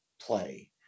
play